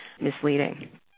misleading